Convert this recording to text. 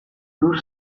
lur